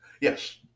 yes